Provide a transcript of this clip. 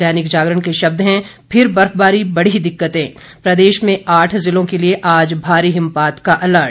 दैनिक जागरण के शब्द हैं फिर बर्फबारी बढ़ी दिक्कतें प्रदेश में आठ जिलों के लिये आज भारी हिमपात का अलर्ट